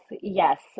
Yes